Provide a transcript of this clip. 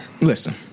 Listen